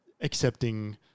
accepting